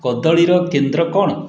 କଦଳୀର କେନ୍ଦ୍ର କ'ଣ